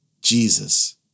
Jesus